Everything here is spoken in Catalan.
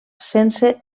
sense